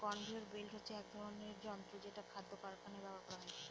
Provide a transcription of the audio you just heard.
conveyor belt হচ্ছে এক ধরনের যন্ত্র যেটা খাদ্য কারখানায় ব্যবহার করা হয়